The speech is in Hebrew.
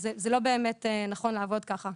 זה לא באמת נכון לעבוד כך.